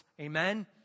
amen